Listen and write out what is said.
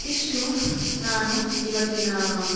ಇಷ್ಟು ನಾನು ಇವತ್ತಿನ